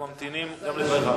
אנחנו ממתינים גם לדברך.